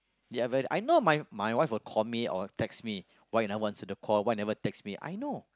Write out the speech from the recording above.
he haven't I know my my wife will call me or text me why you never answer the call why you never text me I know